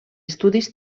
estudis